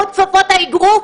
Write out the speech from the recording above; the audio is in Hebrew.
קחו את כפפות האגרוף.